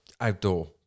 outdoor